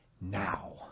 now